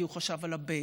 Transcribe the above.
כי הוא חשב על ה-base,